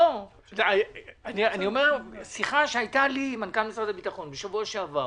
שיחה שהיתה לי עם מנכ"ל משרד הביטחון בשבוע שעבר